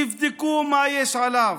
תבדקו מה יש עליו,